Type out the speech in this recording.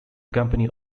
company